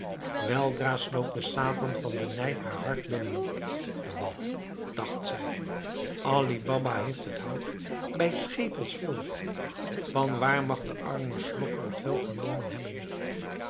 weldra sloop de satan van den nijd haar hart binnen wat dacht zij ali baba heeft het goud bij schepels vol van waar mag de arme slokker het wel genomen hebben